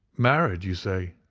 married, you say?